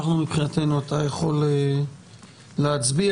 מבחינתנו אתה יכול להצביע.